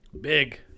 Big